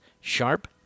Sharp